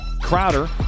Crowder